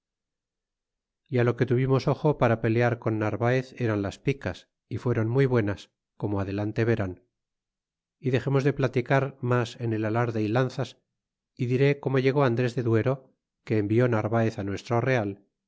y lo que tuvimos ojo para pelear con narvaez eran las picas y fueron muy buenas como adelante verán y dexemos de platicar mas en el alarde y lanzas y diré como llegó andres de duero que envió narvaez nuestro real